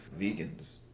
vegans